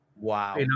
Wow